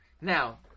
Now